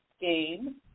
game